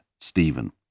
Stephen